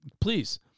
please